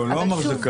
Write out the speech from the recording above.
לא, הוא לא אמר זכאי.